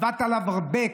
עבדת עליו הרבה,